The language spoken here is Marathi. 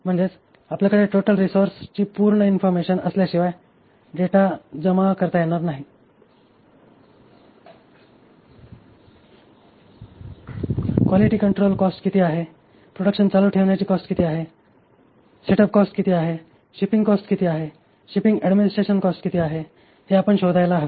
म्हणजेच आपल्याकडे टोटल रिसोर्स ची पूर्ण इन्फॉर्मशन असल्याशिवाय डेटा जमा करता येणार नाही क्वालिटी कंट्रोल कॉस्ट किती आहे प्रोडक्शन चालू ठेवण्याची कॉस्ट किती आहे सेटअप कॉस्ट किती आहे शिपिंग कॉस्ट किती आहे शिपिंग ऍडमिनिस्ट्रेशन कॉस्ट किती आहे हे आपण शोधायला हवे